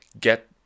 get